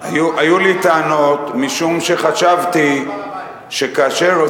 היו לי טענות משום שחשבתי שכאשר,